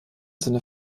sinne